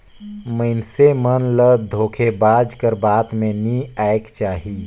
मइनसे मन ल धोखेबाज कर बात में नी आएक चाही